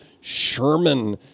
Sherman